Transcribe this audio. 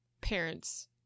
parent's